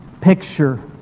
picture